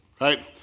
right